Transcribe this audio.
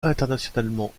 internationalement